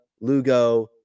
Lugo